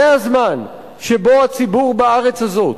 זה הזמן שבו הציבור בארץ הזאת,